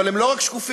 אבל הם לא רק שקופים,